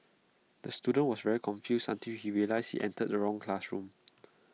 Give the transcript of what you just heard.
the student was very confused until he realised he entered the wrong classroom